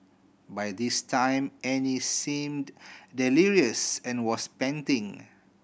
by this time Annie seemed delirious and was panting